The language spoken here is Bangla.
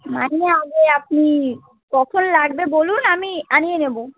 মানে আগে আপনি কখন লাগবে বলুন আমি আনিয়ে নেব